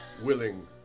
willing